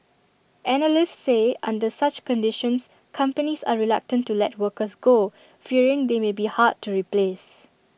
analysts say under such conditions companies are reluctant to let workers go fearing they may be hard to replace